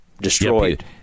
destroyed